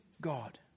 God